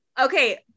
Okay